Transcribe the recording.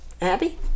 Abby